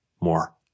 more